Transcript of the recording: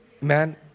Man